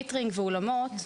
בקייטרינג ובאולמות,